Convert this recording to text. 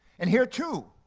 and here too,